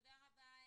תודה רבה,